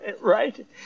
Right